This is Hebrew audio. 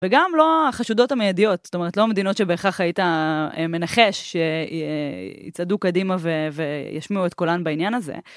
וגם לא החשודות המיידיות, זאת אומרת לא המדינות שבהכרח הייתה מנחש שיצעדו קדימה וישמעו את קולן בעניין הזה.